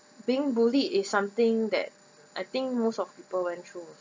being bullied is something that I think most of people went through